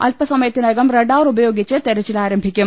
അല്പ സമയത്തിനകം റഡാർ ഉപയോഗിച്ച് തെരച്ചിൽ ആരംഭിക്കും